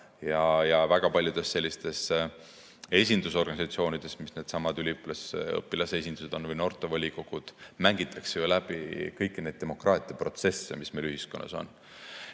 Väga paljudes sellistes esindusorganisatsioonides nagu needsamad üliõpilas- ja õpilasesindused või noortevolikogud, mängitakse läbi kõiki neid demokraatia protsesse, mis meil ühiskonnas on.